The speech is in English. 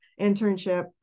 internship